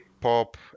Pop